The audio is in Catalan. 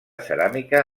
ceràmica